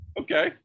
Okay